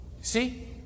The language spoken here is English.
See